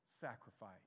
sacrifice